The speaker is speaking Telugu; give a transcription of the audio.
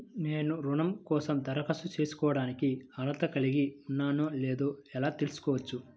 నేను రుణం కోసం దరఖాస్తు చేసుకోవడానికి అర్హత కలిగి ఉన్నానో లేదో ఎలా తెలుసుకోవచ్చు?